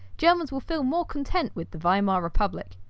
germans will feel more content with the weimar republic.